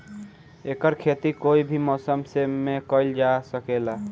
एकर खेती कोई भी मौसम मे कइल जा सके ला